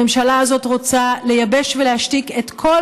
הממשלה הזאת רוצה לייבש ולהשתיק את כל